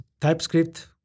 TypeScript